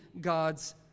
God's